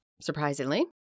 Surprisingly